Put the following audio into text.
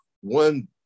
one